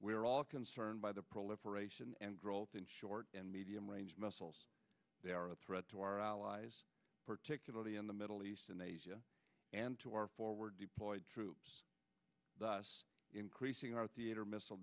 are all concerned by the proliferation and growth in short and medium range missiles they are a threat to our allies particularly in the middle east in asia and to our forward deployed troops thus increasing our theater missile